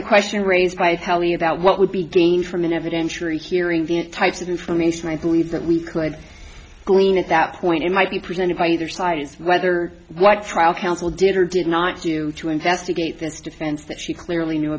the question raised by felony about what would be gained from an evidentiary hearing the types of information i believe that we could glean at that point it might be presented by either side is whether what trial counsel did or did not do to investigate this defense that she clearly knew